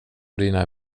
dina